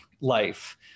life